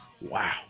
Wow